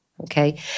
okay